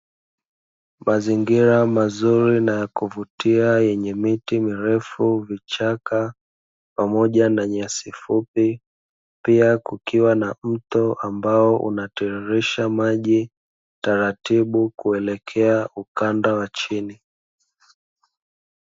Mazingira mazuri na ya kuvutia, yenye miti mirefu, vichaka pamoja na nyasi fupi, pia kukiwa na mto ambao unatiririsha maji, taratibu kuelekea ukanda wa chini.